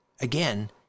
again